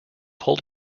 hold